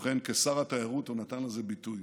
ובכן, כשר התיירות הוא נתן לזה ביטוי.